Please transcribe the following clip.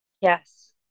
Yes